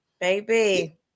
baby